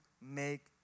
make